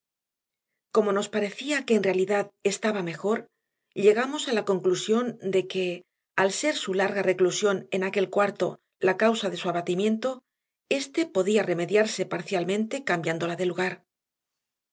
como nos parecía que en realidad estaba mejor llegamos a la conclusión de que al ser su larga reclusión en aquel cuarto la causa de su abatimiento éste podía remediarse parcialmente cambiándola de lugar